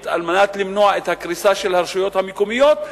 על מנת למנוע את הקריסה של הרשויות המקומיות.